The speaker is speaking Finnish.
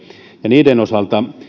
niiden osalta